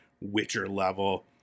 Witcher-level